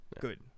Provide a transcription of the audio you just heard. good